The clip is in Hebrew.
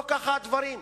לא כך הדברים.